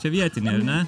čia vietiniai ane